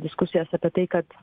diskusijas apie tai kad